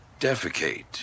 defecate